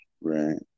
Right